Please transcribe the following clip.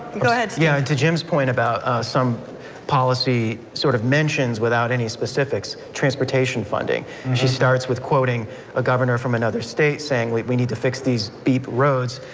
go ahead steve. yeah, and to jim's point about some policy, sort of mentions without any specifics transportation funding, she starts with quoting a governor from another state saying we need to fix these beep roads,